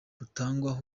butangwa